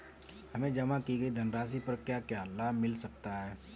हमें जमा की गई धनराशि पर क्या क्या लाभ मिल सकता है?